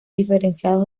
diferenciados